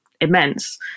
immense